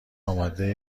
آماده